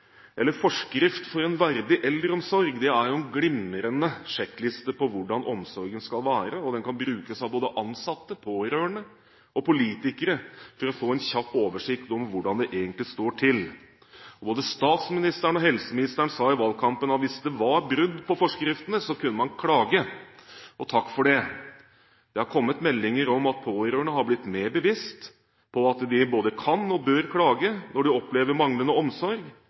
eller forskrift om en verdig eldreomsorg, er en glimrende sjekkliste for hvordan omsorgen skal være. Den kan brukes av både ansatte, pårørende og politikere for å få en kjapp oversikt over hvordan det egentlig står til. Både statsministeren og helseministeren sa i valgkampen at hvis det var brudd på forskriftene, kunne man klage – og takk for det! Det har kommet meldinger om at pårørende er blitt mer bevisste på at de både kan og bør klage når de opplever manglende omsorg,